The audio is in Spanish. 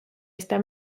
está